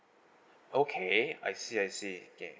okay I see I see okay